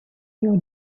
your